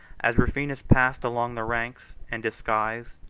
as rufinus passed along the ranks, and disguised,